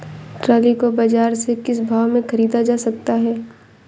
Trolley को बाजार से किस भाव में ख़रीदा जा सकता है?